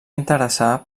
interessar